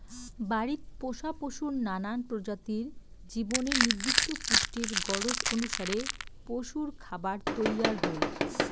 বাড়িত পোষা পশুর নানান প্রজাতির জীবনের নির্দিষ্ট পুষ্টির গরোজ অনুসারে পশুরখাবার তৈয়ার হই